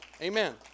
Amen